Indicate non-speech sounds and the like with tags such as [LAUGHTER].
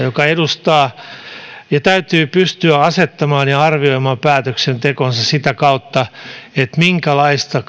[UNINTELLIGIBLE] joka edustaa ja jonka täytyy pystyä asettamaan ja arvioimaan päätöksentekonsa sitä kautta minkälaista [UNINTELLIGIBLE]